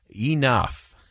enough